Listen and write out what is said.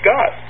God